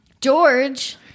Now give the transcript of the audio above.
George